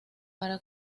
para